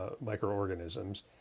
microorganisms